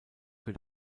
für